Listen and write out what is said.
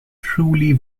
truly